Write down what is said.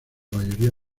mayoría